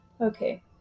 Okay